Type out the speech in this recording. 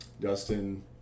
Dustin